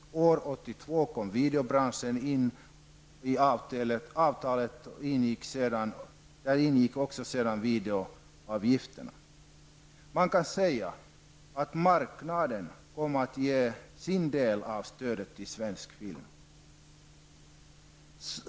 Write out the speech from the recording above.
År 1982 kom videobranschen in i bilden, och i avtalet ingick sedan videoavgifterna. Det kan sägas att marknaden kom att ge sin del av stödet till svensk film.